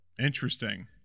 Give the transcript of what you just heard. Interesting